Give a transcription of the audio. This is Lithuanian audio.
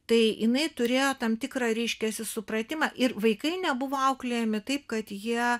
tai jinai turėjo tam tikrą reiškiasi supratimą ir vaikai nebuvo auklėjami taip kad jie